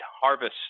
harvest